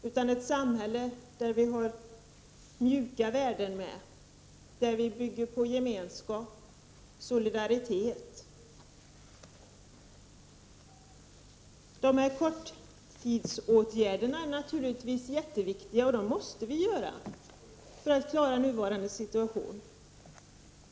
Det skall i stället vara ett samhälle med mjuka värden, ett samhälle där vi bygger på gemenskap och solidaritet. Korttidsåtgärderna är naturligtvis mycket viktiga, och de måste vidtas för att klara av nuvarande situation.